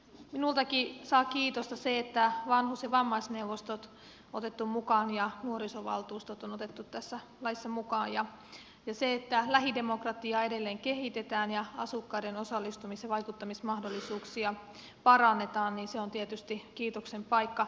minultakin saa kiitosta se että vanhus ja vammaisneuvostot ja nuorisovaltuustot on otettu tässä laissa mukaan ja se että lähidemokratiaa edelleen kehitetään ja asukkaiden osallistumis ja vaikuttamismahdollisuuksia parannetaan on tietysti kiitoksen paikka